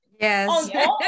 yes